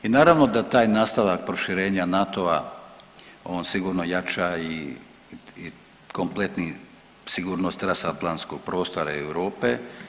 I naravno da taj nastavak proširenja NATO-a on sigurno jača i kompletni sigurnost transatlanskog prostora Europe.